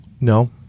No